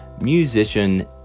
musician